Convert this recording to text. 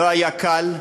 לא היה קל,